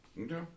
Okay